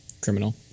Criminal